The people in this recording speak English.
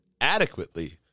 adequately